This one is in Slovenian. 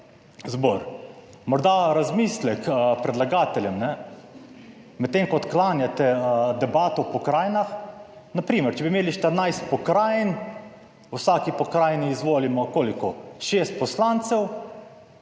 zbor. Morda razmislek predlagateljem, medtem ko odklanjate debato o pokrajinah, na primer, če bi imeli 14 pokrajin, v vsaki pokrajini izvolimo, koliko, šest poslancev,